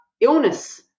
illness